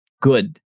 good